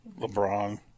LeBron